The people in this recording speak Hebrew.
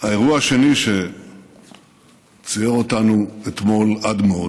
האירוע השני שציער אותנו אתמול עד מאוד